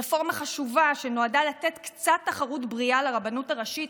רפורמה חשובה שנועדה לתת קצת תחרות בריאה לרבנות הראשית